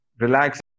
relax